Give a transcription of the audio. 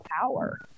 power